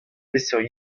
peseurt